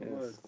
Yes